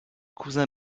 cousin